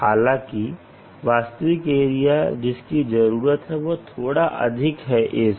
हालांकि वास्तविक एरिया जिसकी जरूरत है वह थोड़ा अधिक है A से